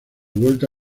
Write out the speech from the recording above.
vuelta